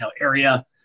area